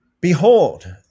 Behold